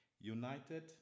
United